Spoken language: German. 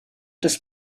des